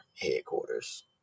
headquarters